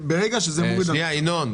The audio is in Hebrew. שנייה, ינון.